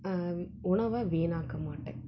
உணவை வீணாக்க மாட்டேன்